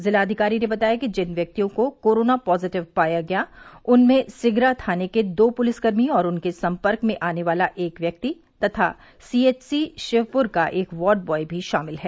जिलाधिकारी ने बताया कि जिन व्यक्तियों को कोरोना पॉजिटिव पाया गया उनमें सिगरा थाने के दो पुलिसकर्मी और उनके संपर्क में आने वाला एक व्यक्ति तथा सीएचसी शिवपुर का एक वार्ड ब्वॉय भी शामिल है